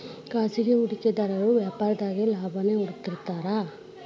ಖಾಸಗಿ ಹೂಡಿಕೆದಾರು ವ್ಯಾಪಾರದಾಗ ಲಾಭಾನ ಹುಡುಕ್ತಿರ್ತಾರ